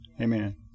Amen